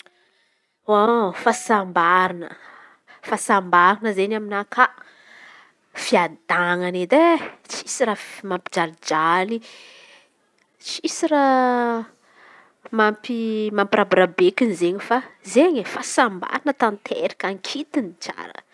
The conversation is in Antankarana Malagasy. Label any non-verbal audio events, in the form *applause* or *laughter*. *hesitation* Fahasambarana, fahasambarana izen̈y aminakà. Fiadanan̈a edy e tsisy rafy mampijalijaly, tsisy raha mampi- mampirabirabekiny izen̈y fa zey e fahasambaran̈a tanteraka akitiny tsara.